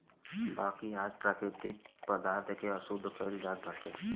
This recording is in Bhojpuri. बाकी आज प्राकृतिक पदार्थ के अशुद्ध कइल जात बाटे